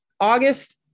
August